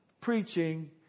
preaching